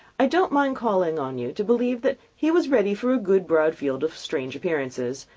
i don't mind calling on you to believe that he was ready for a good broad field of strange appearances,